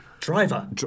Driver